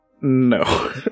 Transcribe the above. No